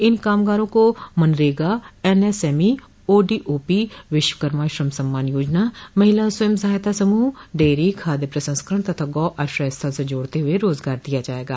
इन कामगारों को मनरेगा एनएसएमई ओडीओपी विश्वकर्मा श्रम सम्मान योजना महिला स्वय सहायता समूह डेयरी खाद्य प्रसंस्करण तथा गौ आश्रय स्थल से जोड़ते हुए रोजगार दिया जायेगा